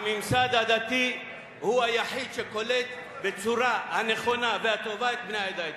הממסד הדתי הוא היחיד שקולט בצורה נכונה וטובה את בני העדה האתיופית.